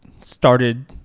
started